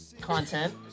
content